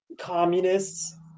communists